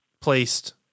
placed